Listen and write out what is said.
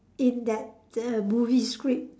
in that the movie script